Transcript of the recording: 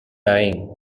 dying